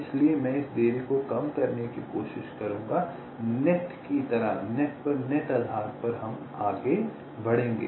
इसलिए मैं इस देरी को कम करने की कोशिश करूंगा नेट की तरह नेट पर नेट आधार पर हम आगे बढ़ेंगे